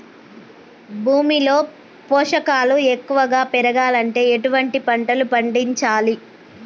భూమిలో పోషకాలు ఎక్కువగా పెరగాలంటే ఎటువంటి పంటలు పండించాలే?